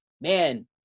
man